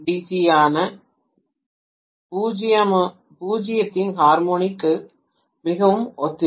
யான 0 வது ஹார்மோனிக்கு மிகவும் ஒத்திருக்கிறது